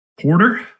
Porter